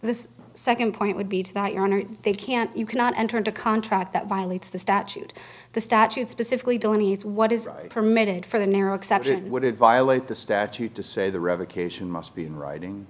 this second point would be to that your honor they can't you cannot enter into a contract that violates the statute the statute specifically don't eat what is permitted for the narrow excepted would violate the statute to say the revocation must be in writing